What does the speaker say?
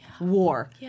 War